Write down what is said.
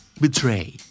Betray